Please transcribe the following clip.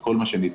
את כל מה שניתן,